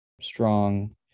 strong